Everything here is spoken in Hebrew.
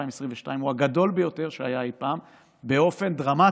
הוא הגדול ביותר שהיה אי פעם באופן דרמטי,